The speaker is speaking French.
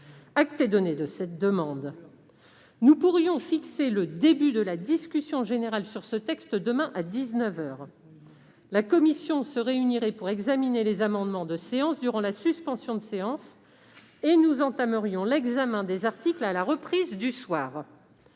Acte est donné de cette demande. Nous pourrions fixer le début de la discussion générale sur ce texte demain à dix-neuf heures. La commission se réunirait pour examiner les amendements de séance durant la suspension de séance, et nous entamerions l'examen des articles à la reprise du soir.